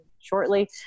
shortly